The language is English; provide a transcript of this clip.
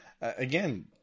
Again